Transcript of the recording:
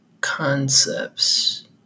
concepts